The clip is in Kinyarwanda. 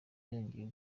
yongeye